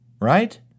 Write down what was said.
Right